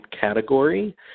category